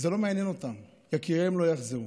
זה לא מעניין אותם, יקיריהם לא יחזרו.